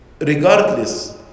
regardless